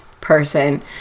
person